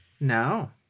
No